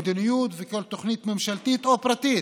מדיניות וכל תוכנית ממשלתית או פרטית,